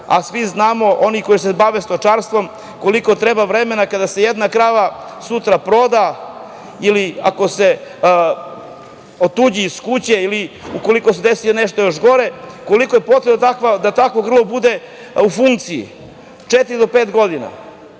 a svi znamo oni koji se bave stočarstvom koliko treba vremena kada se jedna krava sutra proda ili ako se otuđi iz kuće ili ukoliko se desi nešto još gore, koliko je potrebno da takvo grlo bude u funkciji. Četiri do pet godina,